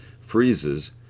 freezes